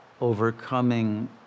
overcoming